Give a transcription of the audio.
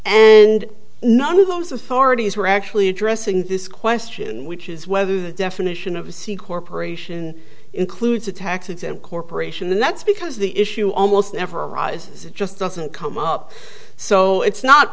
and none of those authorities were actually addressing this question which is whether the definition of a c corporation includes a tax exempt corporation and that's because the issue almost never arises it just doesn't come up so it's not